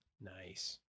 Nice